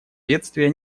бедствия